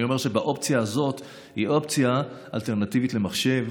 אני אומר שהאופציה הזאת היא אופציה אלטרנטיבית למחשב.